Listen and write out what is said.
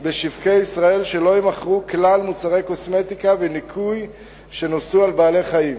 שבשוקי ישראל לא יימכרו כלל מוצרי קוסמטיקה וניקוי שנוסו על בעלי-חיים.